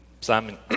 Simon